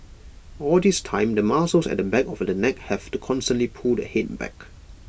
all this time the muscles at the back of the neck have to constantly pull the Head back